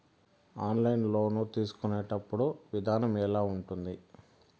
online loan తీసుకునేటప్పుడు విధానం ఎలా ఉంటుంది